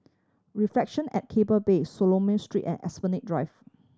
Reflection at Keppel Bay Solomon Street and Esplanade Drive